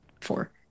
four